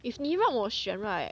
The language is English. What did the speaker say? if 你让我我选 right